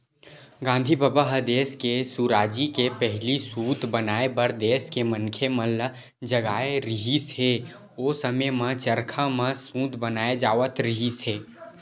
गांधी बबा ह देस के सुराजी के पहिली सूत बनाए बर देस के मनखे मन ल जगाए रिहिस हे, ओ समे म चरखा म सूत बनाए जावत रिहिस हे